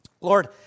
Lord